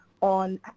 on